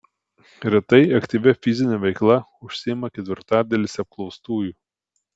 retai aktyvia fizine veikla užsiima ketvirtadalis apklaustųjų